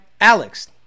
Alex